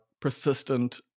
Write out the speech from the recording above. persistent